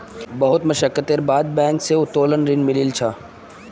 बहुत मशक्कतेर बाद बैंक स उत्तोलन ऋण मिलील छ